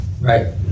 Right